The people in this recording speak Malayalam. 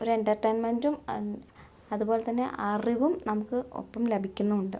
ഒരു എന്റർടൈൻമെന്റും അതുപോലെ തന്നെ അറിവും നമുക്ക് ഒപ്പം ലഭിക്കുന്നുമുണ്ട്